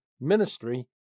ministry